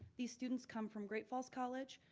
these students come from great falls college,